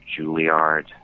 Juilliard